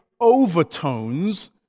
overtones